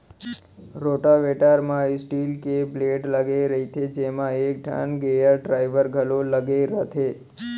rotavator म steel के blade लगे रइथे जेमा एकठन गेयर ड्राइव घलौ लगे रथे